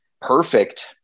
perfect